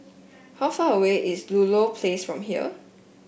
how far away is Ludlow Place from here